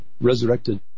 resurrected